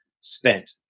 spent